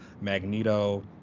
Magneto